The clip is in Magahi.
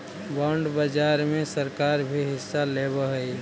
बॉन्ड बाजार में सरकार भी हिस्सा लेवऽ हई